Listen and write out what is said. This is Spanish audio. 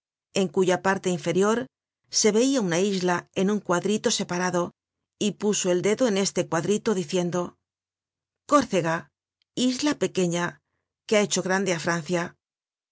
en cuya parte inferior se veia una isla en un cuadrito separado y puso el dedo en este cuadrito diciendo córcega isla pequeña que ha hecho grande á francia